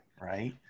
right